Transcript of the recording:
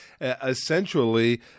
essentially